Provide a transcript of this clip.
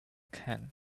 can